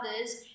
others